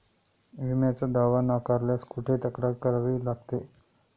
विम्याचा दावा नाकारल्यास कुठे तक्रार करावी लागते?